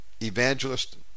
evangelist